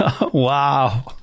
Wow